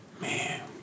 Man